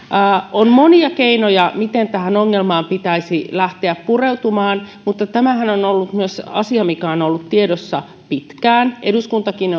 on monia keinoja miten tähän ongelmaan pitäisi lähteä pureutumaan mutta tämähän on myös asia mikä on ollut tiedossa pitkään eduskuntakin